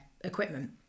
equipment